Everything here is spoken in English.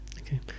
okay